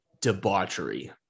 debauchery